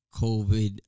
COVID